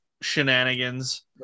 shenanigans